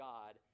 God